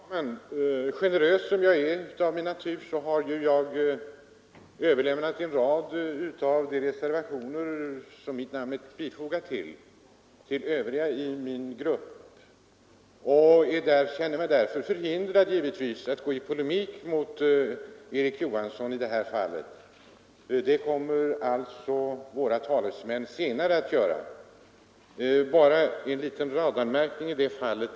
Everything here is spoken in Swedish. Herr talman! Generös som jag är av naturen har jag överlämnat åt andra i min grupp att kommentera en rad av de reservationer som jag fogat vid betänkandet. Jag känner mig därför förhindrad att gå i polemik med Erik Johansson i Simrishamn — det kommer andra talesmän för mitt parti att göra senare.